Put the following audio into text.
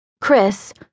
Chris